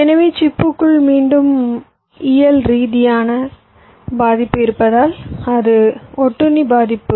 எனவே சிப்புக்குள் மீண்டும் இயல் ரீதியான பாதிப்பு இருப்பதால் அது ஒட்டுண்ணி பாதிப்பு